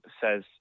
says